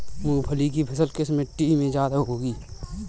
मूंगफली की फसल किस मिट्टी में ज्यादा होगी?